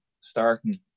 starting